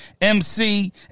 MC